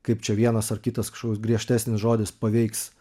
kaip čia vienas ar kitas kažkoks griežtesnis žodis paveiks